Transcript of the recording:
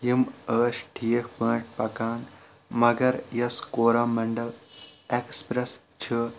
یِم ٲسۍ ٹھیٖک پٲٹھۍ پکان مگر یۄس کورامنڈل اٮ۪کٕس پریس چھِ